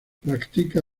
practica